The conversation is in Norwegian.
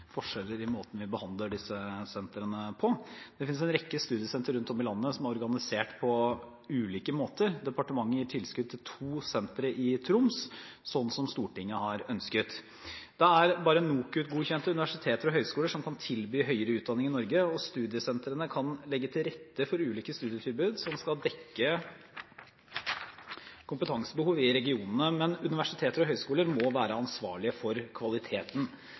forskjeller i måten vi behandler disse sentrene på. Det finnes en rekke studiesentre rundt om i landet som er organisert på ulike måter. Departementet gir tilskudd til to sentre i Troms, slik som Stortinget har ønsket. Det er bare NOKUT-godkjente universiteter og høyskoler som kan tilby høyere utdanning i Norge. Studiesentrene kan legge til rette for ulike studietilbud som skal dekke kompetansebehov i regionene, men universiteter og høyskoler må være ansvarlig for kvaliteten.